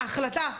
ההחלטה היא,